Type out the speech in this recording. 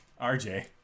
RJ